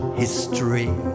history